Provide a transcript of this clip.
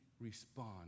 respond